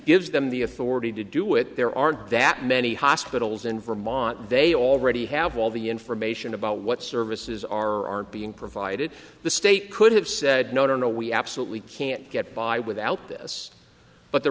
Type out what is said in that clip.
gives them the authority to do it there aren't that many hospitals in vermont they already have all the information about what services aren't being provided the state could have said no no no we absolutely can't get by without this but the